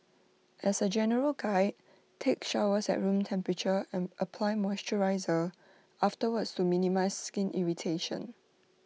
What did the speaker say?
as A general guide take showers at room temperature and apply moisturiser afterwards to minimise skin irritation